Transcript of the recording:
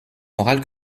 morale